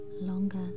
longer